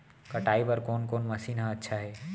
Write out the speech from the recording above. कटाई बर कोन कोन मशीन अच्छा हे?